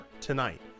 tonight